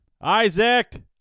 Isaac